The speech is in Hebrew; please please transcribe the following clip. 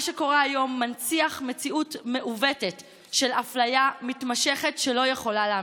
מה שקורה היום מנציח מציאות מעוותת של אפליה מתמשכת שלא יכולה להימשך.